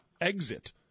exit